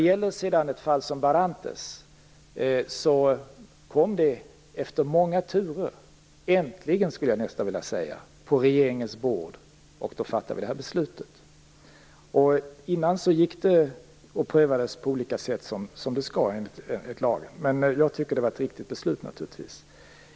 Fallet Barrantes kom efter många turer äntligen, skulle jag nästan vilja säga, på regeringens bord och då fattade vi det här beslutet. Innan dess prövades det på olika sätt, som det skall enligt lagen. Jag tycker naturligtvis att det var ett riktigt beslut.